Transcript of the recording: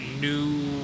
new